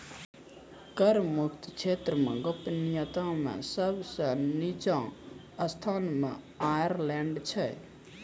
कर मुक्त क्षेत्र मे गोपनीयता मे सब सं निच्चो स्थान मे आयरलैंड छै